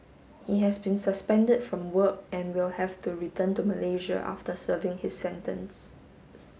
he has been suspended from work and will have to return to Malaysia after serving his sentence